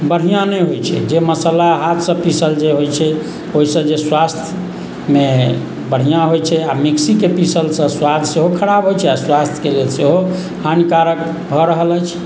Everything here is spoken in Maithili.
बढ़िआँ नहि होइत छै जे मसाला हाथ से पीसल जे होइत छै ओहि से जे स्वास्थ्यमे बढ़िआँ होइत छै आ मिक्सीके पीसल से सुआद सेहो खराब होइत छै आओर स्वास्थ्यके लेल सेहो हानिकारक भऽ रहल अछि